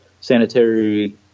sanitary